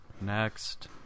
Next